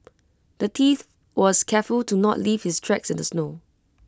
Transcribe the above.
the thief was careful to not leave his tracks in the snow